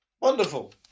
Wonderful